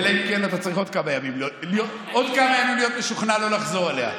אלא אם כן אתה צריך עוד כמה ימים להיות משוכנע לא לחזור עליה.